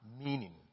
meaning